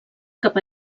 cap